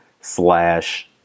slash